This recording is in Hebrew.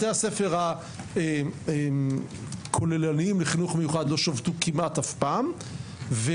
בתי הספר הכוללניים לחינוך מיוחד לא שבתו כמעט אף פעם וגם